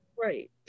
Right